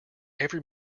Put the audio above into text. every